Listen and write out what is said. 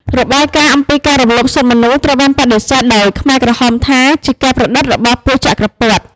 របាយការណ៍អំពីការរំលោភសិទ្ធិមនុស្សត្រូវបានបដិសេធដោយខ្មែរក្រហមថាជា «ការប្រឌិតរបស់ពួកចក្រពត្តិ»។